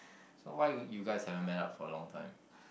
so why you you guys haven't met up for a long time